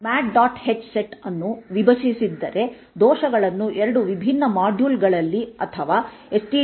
h set ಅನ್ನು ವಿಭಜಿಸಿದ್ದರೆ ದೋಷಗಳನ್ನು 2ವಿಭಿನ್ನ ಮಾಡ್ಯೂಲ್ ಗಳಲ್ಲಿ ಅಥವಾ stdio